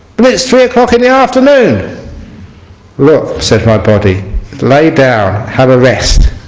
it is three o'clock in the afternoon look said my body lay down have a rest